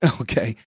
Okay